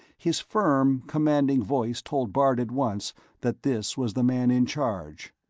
his firm, commanding voice told bart at once that this was the man in charge.